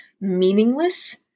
meaningless